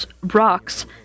rocks